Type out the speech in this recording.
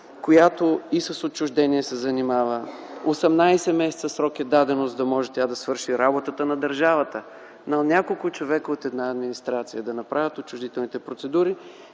и с отчуждения, даден е 18 месеца срок, за да може тя да свърши работата на държавата – на няколко човека от една администрация да направят отчуждителните процедури,